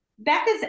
Becca's